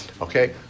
Okay